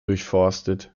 durchforstet